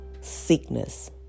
sickness